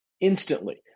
instantly